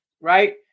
right